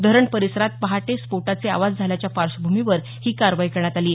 धरण परिसरात पहाटे स्फोटाचे आवाज झाल्याच्या पार्श्वभूमीवर ही कारवाई करण्यात आली आहे